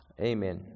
Amen